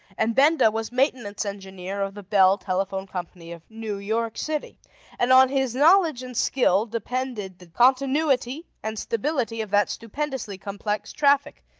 and benda was maintenance engineer of the bell telephone company of new york city and on his knowledge and skill depended the continuity and stability of that stupendously complex traffic,